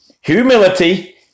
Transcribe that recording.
humility